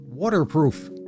Waterproof